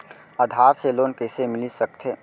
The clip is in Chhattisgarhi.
आधार से लोन कइसे मिलिस सकथे?